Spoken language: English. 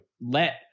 let